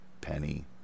Penny